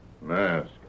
Mask